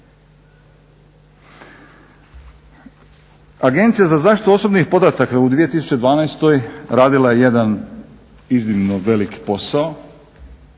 Agencija za zaštitu osobnih podataka u 2012.radila je jedan iznimno veliki posao,